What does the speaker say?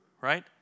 right